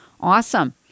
Awesome